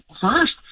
First